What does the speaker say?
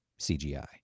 CGI